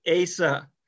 Asa